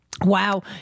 Wow